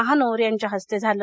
महानोर यांच्या हस्ते झालं